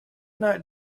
not